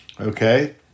Okay